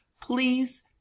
please